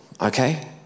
Okay